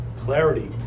clarity